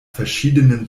verschiedenen